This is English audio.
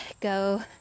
go